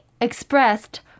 expressed